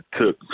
took